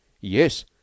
Yes